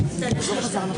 זה לא שלפעמים היו פה טעויות.